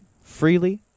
freely